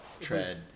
tread